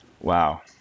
Wow